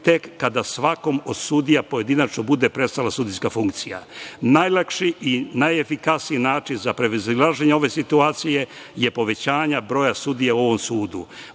tek kada svakom od sudija pojedinačno bude prestala sudijska funkcija. Najlakši i najefikasniji način za prevazilaženje ove situacije je povećanje broja sudija u ovom sudu. Molim